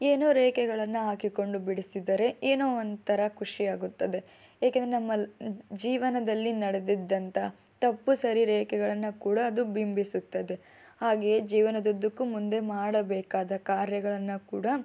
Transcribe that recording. ಏನೋ ರೇಖೆಗಳನ್ನು ಹಾಕಿಕೊಂಡು ಬಿಡಿಸಿದರೆ ಏನೋ ಒಂಥರ ಖುಷಿಯಾಗುತ್ತದೆ ಏಕೆಂದರೆ ನಮ್ಮ ಜೀವನದಲ್ಲಿ ನಡೆದಿದ್ದಂತಹ ತಪ್ಪು ಸರಿ ರೇಖೆಗಳನ್ನು ಕೂಡ ಅದು ಬಿಂಬಿಸುತ್ತದೆ ಹಾಗೆಯೇ ಜೀವನದ್ದುದ್ದಕ್ಕೂ ಮುಂದೆ ಮಾಡಬೇಕಾದ ಕಾರ್ಯಗಳನ್ನು ಕೂಡ